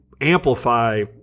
amplify